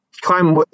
Climb